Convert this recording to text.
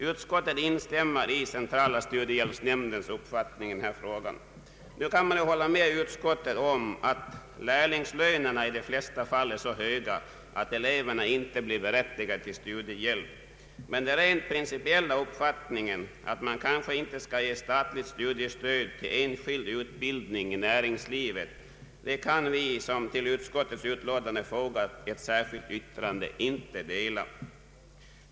Utskottet instämmer i centrala studiehjälpsnämndens uppfattning. Jag kan hålla med utskottet om att lärlingslönerna i de flesta fall är så höga att eleverna inte blir berättigade till studiehjälp. Men den rent principiella uppfattningen att man kanske inte bör ge statligt studiestöd till enskild utbildning i näringslivet kan vi, som till utskottets utlåtande fogat ett särskilt yttrande, inte dela.